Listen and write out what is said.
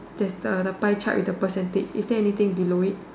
there's the the pie chart in the percentage is there anything below it